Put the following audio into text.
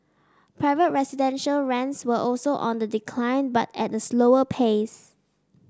private residential rents were also on the decline but at a slower pace